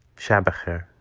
shab bekheir